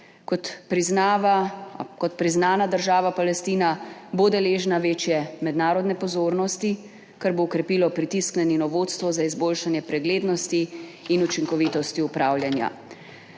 Kot priznana država bo Palestina deležna večje mednarodne pozornosti, kar bo okrepilo pritisk na njeno vodstvo za izboljšanje preglednosti in učinkovitosti upravljanja.